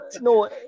No